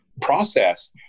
process